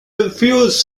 refused